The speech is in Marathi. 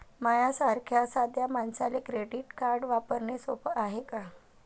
माह्या सारख्या साध्या मानसाले क्रेडिट कार्ड वापरने सोपं हाय का?